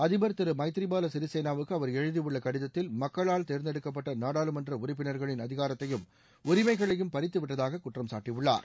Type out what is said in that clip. அதிபர் திரு மைத்திரி பால சிறிசேனாவுக்கு அவர் எழுதியுள்ள கடிதத்தில் மக்களால் தேர்ந்த்தெடுக்கப்பட்ட நாடாளுமன்ற உறுப்பினர்களின் அதிகாரத்தையும் உரிமைகளையும் பறித்து விட்டதாக குற்றம்சாட்டியுள்ளார்